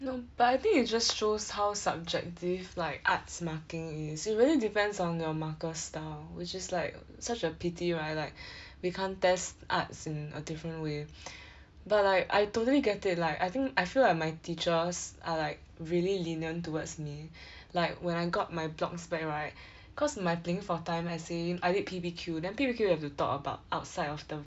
no but I think it just shows how subjective like arts marking is it really depends on your marker's style which is like such a pity right like we can't test arts in a different way but like I totally get it like I think I feel like my teachers are like really lenient towards me like when I got my blogs back right cause my playing for time essay I did P_B_Q then you have to talk about outside of the